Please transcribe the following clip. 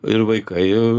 ir vaikai